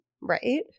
Right